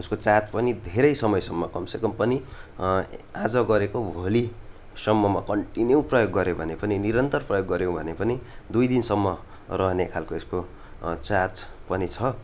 यसको चार्ज पनि धेरै समयसम्म कम के कम पनि आज गरेको भोलिसम्ममा कन्टिन्यु प्रयोग गऱ्यो भने पनि निरन्तर प्रयोग गऱ्यो भने पनि दुई दिनसम्म रहने खालको यसको चार्ज पनि छ